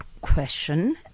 question